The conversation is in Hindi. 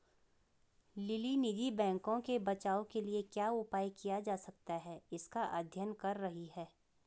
लिली निजी बैंकों के बचाव के लिए क्या उपाय किया जा सकता है इसका अध्ययन कर रही है